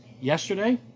yesterday